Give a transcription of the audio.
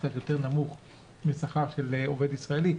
קצת יותר נמוך משכר של עובד ישראלי,